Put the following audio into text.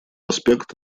аспект